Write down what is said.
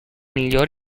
miglior